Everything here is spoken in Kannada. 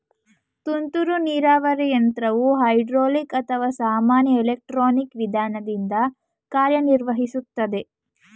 ತುಂತುರು ನೀರಾವರಿ ಯಂತ್ರವು ಹೈಡ್ರೋಲಿಕ್ ಅಥವಾ ಸಾಮಾನ್ಯ ಎಲೆಕ್ಟ್ರಾನಿಕ್ ವಿಧಾನದಿಂದ ಕಾರ್ಯನಿರ್ವಹಿಸುತ್ತದೆ